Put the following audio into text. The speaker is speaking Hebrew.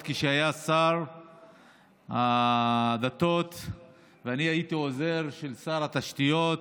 כשהיה שר הדתות ואני הייתי עוזר של שר התשתיות